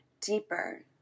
deeper